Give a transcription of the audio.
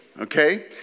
Okay